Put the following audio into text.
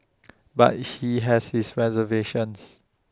but he has his reservations